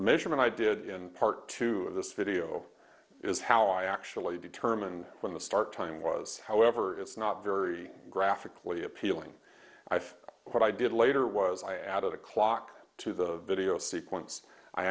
measurement i did in part two of this video is how i actually determine when the start time was however it's not very graphically appealing i've what i did later was i added a clock to the video sequence i